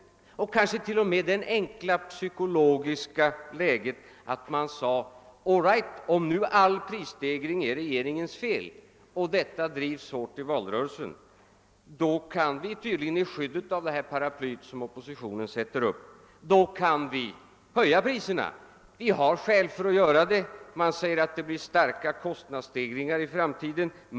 Man skapade kanske t.o.m. det enkla psykologiska läget att man sade: All right, om nu all prisstegring är regeringens fel och detta drivs hårt i valrörelsen, då kan vi tydligen i skydd av det paraply som oppositionen sätter upp höja priserna. Vi har skäl för att göra det. Man säger att det blir starka kostnadsstegringar i framtiden.